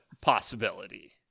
possibility